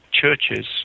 churches